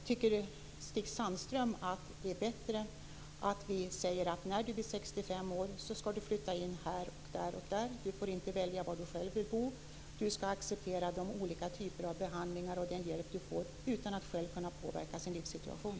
Tycker Stig Sandström att det är bättre att vi säger till människor att när de blir 65 år skall de flytta in här eller där, att de inte får välja var de själva vill bo, att de skall acceptera de olika typer av behandlingar och den hjälp de får utan att själva kunna påverka sin livssituation?